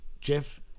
Jeff